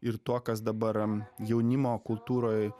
ir tuo kas dabar jaunimo kultūroj